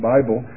Bible